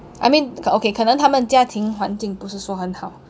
I mean okay 可能他们家庭环境不是说很好